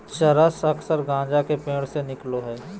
चरस अक्सर गाँजा के पेड़ से निकलो हइ